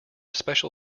special